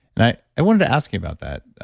and i i wanted to ask you about that.